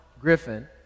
Griffin